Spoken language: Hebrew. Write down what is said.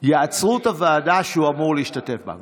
יעצרו את הוועדה שהם אמורים להשתתף בה.